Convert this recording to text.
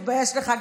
תתבייש לך.